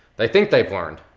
they think they've learned,